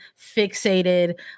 fixated